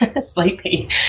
sleepy